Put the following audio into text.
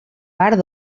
part